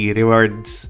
rewards